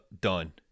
Done